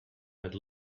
had